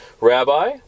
Rabbi